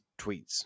tweets